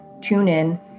TuneIn